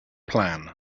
plan